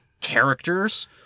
characters